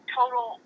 total